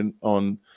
on